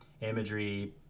imagery